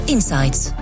Insights